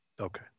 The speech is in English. Okay